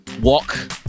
walk